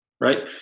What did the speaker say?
right